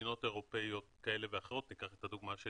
מדינות אירופאיות כאלה ואחרות ניקח את הדוגמה של